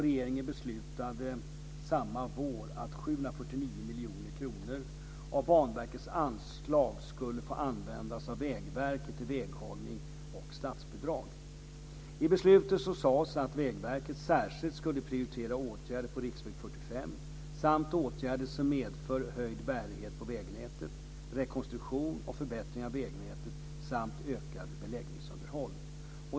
Regeringen beslutade samma vår att 749 miljoner kronor av Banverkets anslag skulle få användas av Vägverket till väghållning och statsbidrag. I beslutet sades att Vägverket särskilt skulle prioritera åtgärder på riksväg 45 samt åtgärder som medför höjd bärighet på vägnätet, rekonstruktion och förbättring av vägnätet samt ökat beläggningsunderhåll.